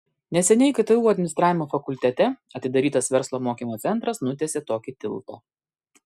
neseniai ktu administravimo fakultete atidarytas verslo mokymo centras nutiesė tokį tiltą